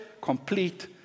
complete